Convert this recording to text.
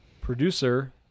producer –